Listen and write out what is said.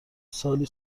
سالی